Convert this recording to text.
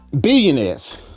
Billionaires